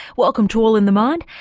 welcome to all in the mind.